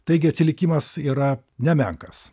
taigi atsilikimas yra nemenkas